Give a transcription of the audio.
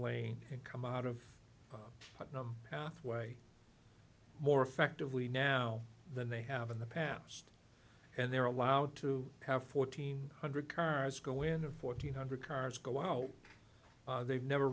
lane and come out of it no pathway more effectively now than they have in the past and they're allowed to have fourteen hundred cars go into fourteen hundred cars go out they've never